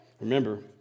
remember